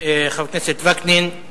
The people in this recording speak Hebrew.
חבר הכנסת וקנין.